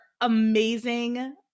amazing